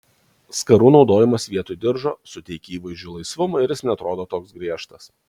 skarų naudojimas vietoj diržo suteikia įvaizdžiui laisvumo ir jis neatrodo toks griežtas